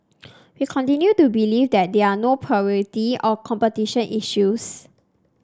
we continue to believe there are no plurality or competition issues